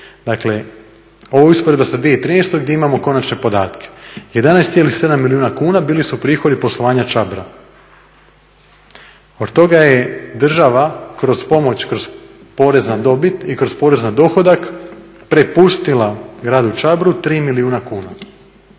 dakle ovo je usporedba sa 2013. gdje imamo konačne podatke. 11,7 milijuna kuna bili su prihodi poslovanja Čabra. Od toga je država kroz pomoć, kroz porez na dobit i kroz porez na dohodak prepustila gradu Čabru 3 milijuna kuna.